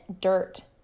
dirt